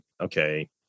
okay